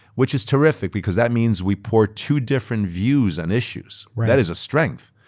which is terrific, because that means we pour two different views on issues. that is a strength.